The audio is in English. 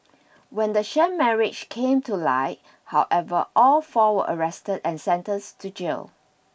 when the sham marriage came to light however all four were arrested and sentenced to jail